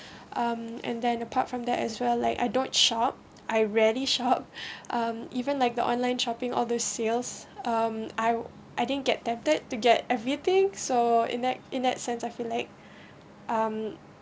um and then apart from that as well like I don't shop I rarely shop um even like the online shopping all those sales um I I didn't get tempted to get everything so in that in that sense I feel like um